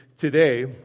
today